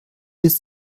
bis